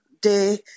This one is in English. day